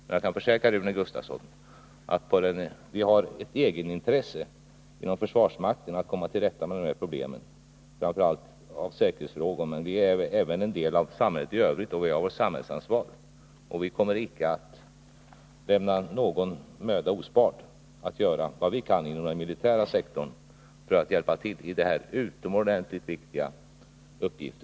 Men jag kan försäkra Rune Gustavsson att vi har ett egenintresse inom försvarsmakten att komma till rätta med dessa problem, framför allt av säkerhetsskäl. Men vi är också en del av samhället i övrigt, och vi har vårt samhällsansvar. Vi kommer icke att spara någon möda när det gäller att göra vad vi kan inom den militära sektorn för att hjälpa till i denna utomordentligt viktiga uppgift.